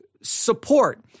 support